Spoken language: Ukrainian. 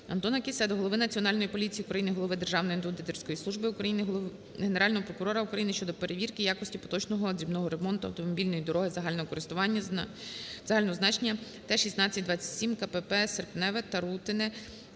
АнтонаКіссе до голови Національної поліції України, голови Державної аудиторської служби України, Генерального прокурора України щодо перевірки якості поточного дрібного ремонту автомобільної дороги загального користування загального значення